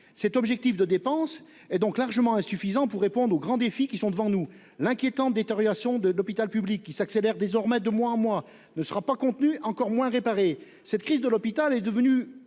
L'objectif de dépenses proposé est donc largement insuffisant pour répondre aux grands défis auxquels nous faisons face. L'inquiétante détérioration de l'hôpital public, qui s'accélère désormais de mois en mois, ne sera pas contenue et encore moins réparée. Cette crise de l'hôpital s'est